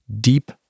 deep